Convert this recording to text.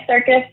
circus